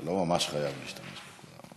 אתה לא ממש חייב להשתמש בכולן.